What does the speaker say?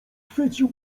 chwycił